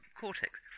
Cortex